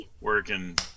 working